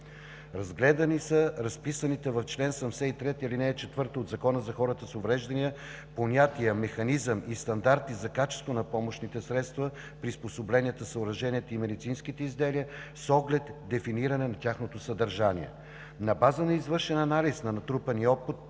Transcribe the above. Разгледани са разписаните в чл. 73, ал. 4 от Закона за хората с увреждания понятия „механизъм и „стандарти за качеството на помощните средства, приспособленията, съоръженията и медицинските изделия“ с оглед дефиниране на тяхното съдържание. На база на извършен анализ и на натрупания опит,